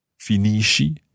finisci